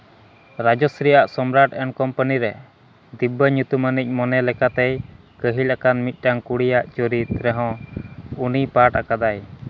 ᱨᱟᱡᱚᱥᱨᱤᱭᱟᱜ Samrat and company ᱨᱮ ᱫᱤᱵᱵᱟ ᱧᱩᱛᱩᱢᱟᱱᱤᱡ ᱢᱚᱱᱮ ᱞᱮᱠᱟ ᱛᱮᱭ ᱠᱟᱹᱦᱤᱞ ᱟᱠᱟᱱ ᱢᱤᱫᱴᱟᱱ ᱠᱩᱲᱤᱭᱟᱜ ᱪᱩᱨᱤᱛ ᱨᱮᱦᱚᱸ ᱩᱱᱤ ᱯᱟᱴ ᱟᱠᱟᱫᱟᱭ